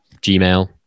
Gmail